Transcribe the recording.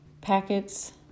packets